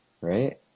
right